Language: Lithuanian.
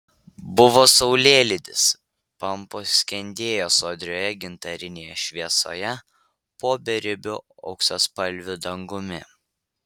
buvo saulėlydis pampos skendėjo sodrioje gintarinėje šviesoje po beribiu auksaspalviu dangumi